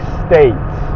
states